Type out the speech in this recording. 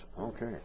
Okay